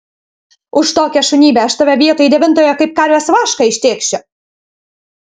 už tokią šunybę aš tave vietoj devintojo kaip karvės vašką ištėkšiu